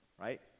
right